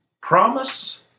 promise